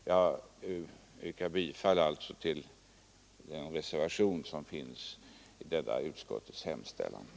Jag yrkar bifall till den reservation som är fogad till utskottets betänkande.